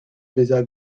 bezañ